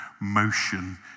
motion